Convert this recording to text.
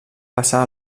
passar